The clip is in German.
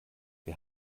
wir